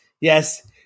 yes